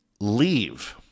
leave